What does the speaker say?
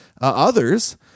others